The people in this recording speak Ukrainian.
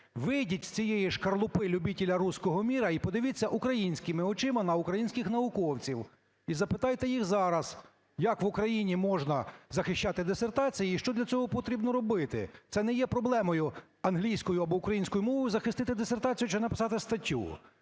Вийдіть з цієї шкарлупи "любітєля руського міра" і подивіться українськими очима на українських науковців і запитайте їх зараз, як в Україні можна захищати дисертації і що для цього потрібно робити. Це не є проблемою – англійською або українською мовою захистити дисертацію чи написати статтю.